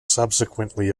subsequently